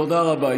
תודה רבה.